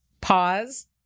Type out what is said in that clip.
pause